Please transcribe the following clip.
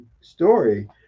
story